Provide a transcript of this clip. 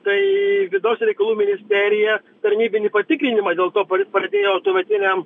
tai vidaus reikalų ministerija tarnybinį patikrinimą dėl to pradėjo tuometiniam